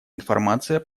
информации